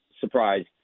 surprised